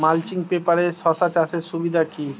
Mulching পেপারে শসা চাষের সুবিধা কি?